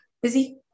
busy